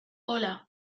hola